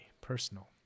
personal